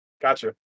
gotcha